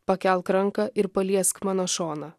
pakelk ranką ir paliesk mano šoną